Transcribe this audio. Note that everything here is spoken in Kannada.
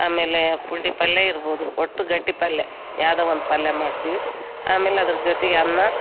ಆಮೇಲೆ ಪುಂಡಿ ಪಲ್ಲೆ ಇರಬೋದು ಒಟ್ಟು ಗಟ್ಟಿ ಪಲ್ಲೆ ಯಾವುದೋ ಒಂದು ಪಲ್ಲೆ ಮಾಡ್ತೀವಿ ಆಮೇಲೆ ಅದ್ರ ಜೊತೆಗೆ ಅನ್ನ